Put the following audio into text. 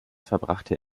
verbrachte